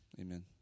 Amen